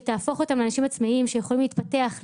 שתהפוך אותם לאנשים עצמאיים שיכולים להתפתח,